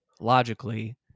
logically